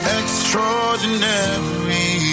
extraordinary